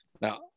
Now